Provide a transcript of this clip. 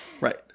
Right